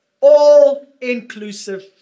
All-inclusive